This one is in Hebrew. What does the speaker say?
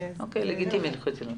לגיטימי.